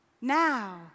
Now